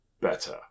better